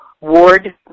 Ward